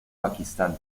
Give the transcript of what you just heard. pakistán